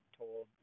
told